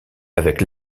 avec